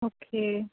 okay